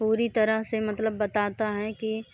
पूरी तरह से मतलब बताता हैं कि